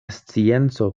scienco